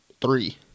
three